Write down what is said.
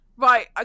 Right